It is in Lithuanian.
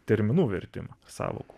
terminų vertimą sąvokų